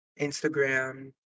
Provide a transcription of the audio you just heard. Instagram